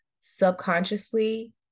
subconsciously